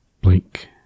Blink